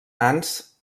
ants